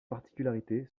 particularité